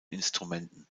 instrumenten